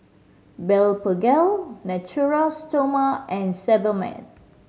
Blephagel Natura Stoma and Sebamed